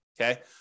Okay